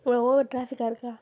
அங்கே ஓவர் டிராப்ஃபிக்காக இருக்கா